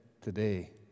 today